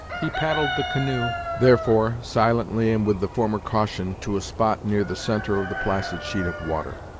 he paddled the canoe, therefore, silently and with the former caution, to a spot near the centre of the placid sheet of water,